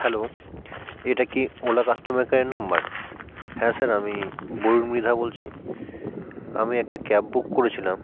hello এটা কি Ola customer কেয়ারের নাম্বার হ্যাঁ স্যার আমি বরুণ ম্রিধা বলছি আমি একটা ক্যাব বুক করেছিলাম